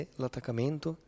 l'attaccamento